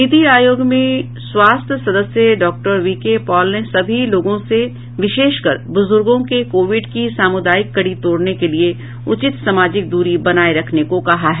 नीति आयोग में स्वास्थ्य सदस्य डॉक्टर वी के पॉल ने सभी लोगों से विशेषकर बुजुर्गों के कोविड की सामुदायिक कड़ी तोड़ने के लिए उचित सामाजिक दूरी बनाए रखने को कहा है